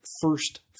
first